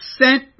sent